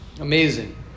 Amazing